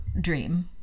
dream